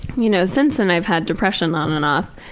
you know since then i've had depression on and off.